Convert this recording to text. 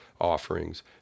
offerings